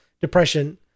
depression